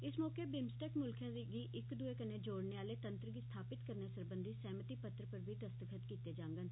इस मौके बिमस्टेक मुल्खें गी इक दूए कन्ने जोड़ने आले तंत्र गी स्थापित करने सरबंधी सैहमति पत्र पर बी दस्तख्त कीते जांगन